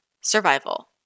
survival